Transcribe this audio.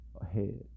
ahead